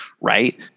right